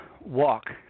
walk